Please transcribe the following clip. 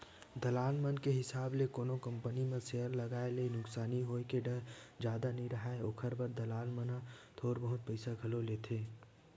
दलाल मन के हिसाब ले कोनो कंपनी म सेयर लगाए ले नुकसानी होय के डर जादा नइ राहय, ओखर बर दलाल मन ह थोर बहुत पइसा घलो लेथें